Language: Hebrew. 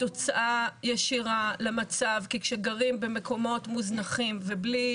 תוצאה ישירה למצב כי כשגרים במקומות מוזנחים ובלי